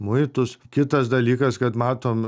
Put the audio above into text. muitus kitas dalykas kad matom